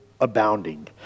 abounding